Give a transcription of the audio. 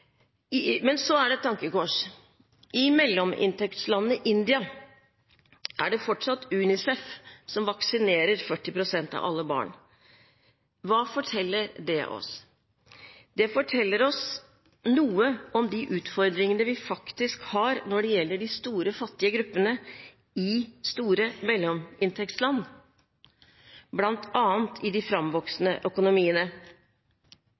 Men så er det et tankekors. I mellominntektslandet India er det fortsatt UNICEF som vaksinerer 40 pst. av alle barn. Hva forteller det oss? Det forteller oss noe om de utfordringene vi faktisk har når det gjelder de store fattige gruppene i store mellominntektsland, bl.a. i de